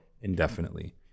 indefinitely